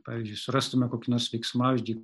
pavyzdžiui surastume kokį nors veiksmažodį